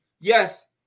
yes